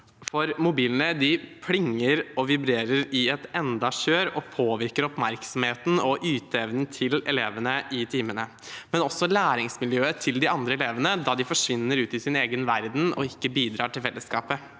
for mobilene plinger og vibrerer i et eneste kjør og påvirker oppmerksomheten og yteevnen til elevene i timene, men også læringsmiljøet til de andre elevene, da de forsvinner ut i sin egen verden og ikke bidrar til fellesskapet.